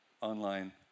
online